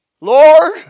Lord